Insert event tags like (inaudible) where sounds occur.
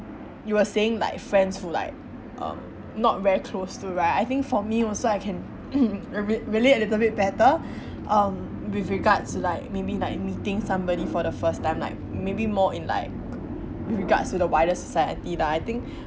you were saying like friends who like um not very close to right I think for me also I can (noise) uh re relate a bit better um with regards to like maybe like meeting somebody for the first time like maybe more in like regards to the wider society lah I think